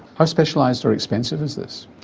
ah specialised or expensive is this?